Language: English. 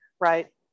right